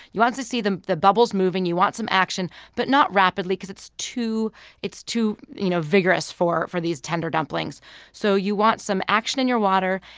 you want to see the the bubbles moving. you want some action, but not rapidly, because it's too it's too you know vigorous for for these tender dumplings so you want some action in your water,